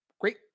Great